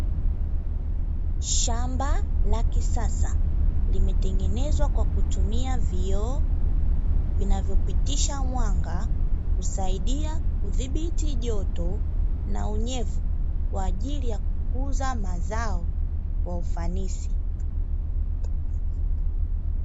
Shamba la kisasa limetengenezwa kwa kutumia vioo vinavyopitisha mwanga, husaidia kudhibiti joto na unyevu kwa ajili ya kukuza mazao kwa ufanisi.